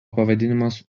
pavadinimas